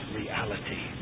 reality